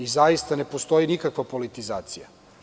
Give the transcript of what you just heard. Zaista ne postoji nikakva politizacija.